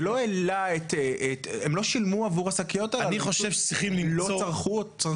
זה לא העלה הם לא צרכו אותן.